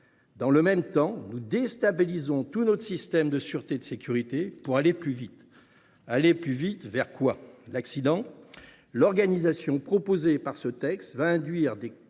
Dans le même temps, nous déstabilisons tout notre système de sûreté et sécurité pour aller plus vite. Mais aller plus vite vers quoi ? L’accident ? L’organisation proposée par ce texte entraînera des